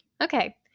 Okay